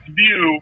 view